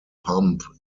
pump